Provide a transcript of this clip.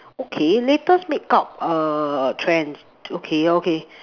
okay latest makeup err trends okay okay